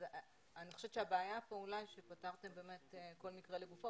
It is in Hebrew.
אני חושבת שהבעיה כאן היא שפתרתם כל מקרה לגופו